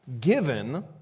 given